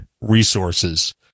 resources